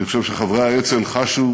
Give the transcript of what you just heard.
אני חושב שחברי האצ"ל חשו